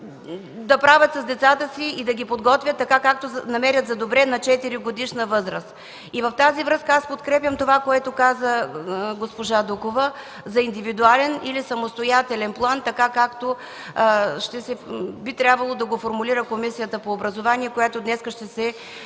да правят с децата си и да ги подготвят както намерят за добре на 4-годишна възраст. В тази връзка подкрепям онова, което каза госпожа Дукова за индивидуален или самостоятелен план, което би трябвало да формулира Комисията по образованието, която днес ще се